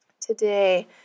Today